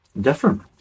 different